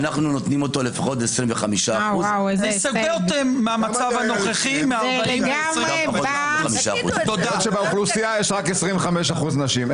אנחנו נותנים לפחות 25%. --- באוכלוסייה יש רק 25% נשים,